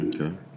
Okay